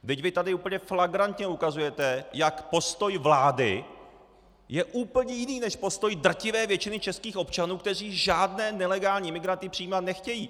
Vždyť vy tady úplně flagrantně ukazujete, jak postoj vlády je úplně jiný než postoj drtivé většiny českých občanů, kteří žádné nelegální imigranty přijímat nechtějí!